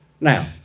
Now